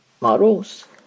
models